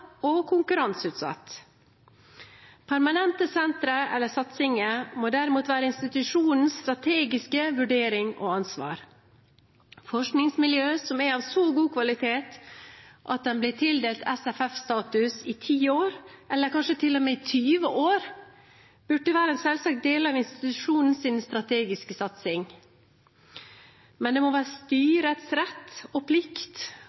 og konkurranseutsatt. Permanente sentre eller satsinger må derimot være institusjonens strategiske vurdering og ansvar. Forskningsmiljøer som er av så god kvalitet at de blir tildelt SFF-status i ti år, eller kanskje til og med i 20 år, burde være en selvsagt del av institusjonens strategiske satsing. Men det må være styrets rett og plikt